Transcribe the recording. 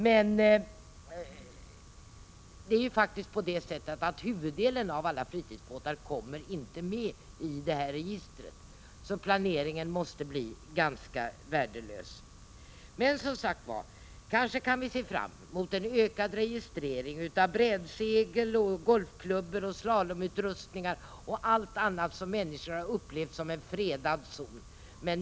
Men huvuddelen av' alla fritidsbåtar kommer ju inte med i registret. Den planeringen måste bli ganska värdelös. Men vi kan kanske se fram emot en ökad registrering av segelbrädor, golfklubbor, slalomutrustningar och allt annat som människor upplevt som en fredad zon.